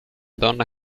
donna